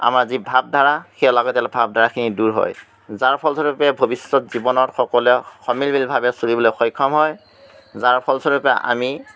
আমাৰ যি ভাৱধাৰা সেই অলাগতিয়াল ভাৱধাৰাখিনি দূৰ হয় যাৰ ফলস্বৰূপে ভৱিষ্যত জীৱনত সকলোৱে সমিলমিলভাৱে চলিবলৈ সক্ষম হয় যাৰ ফলস্বৰূপে আমি